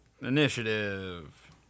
Initiative